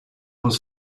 was